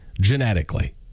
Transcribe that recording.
genetically